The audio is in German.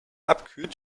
abkühlt